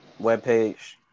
webpage